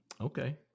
Okay